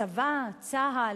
הצבא, צה"ל,